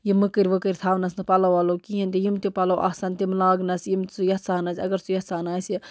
یِم مٔکٕرۍ ؤکٕرۍ تھاونَس نہٕ پَلو وَلو کِہیٖنۍ تہِ یِم تہِ پَلو آسن تِم لاگنَس یِم سُہ یَژھان آسہِ اگر سُہ یَژھان آسہِ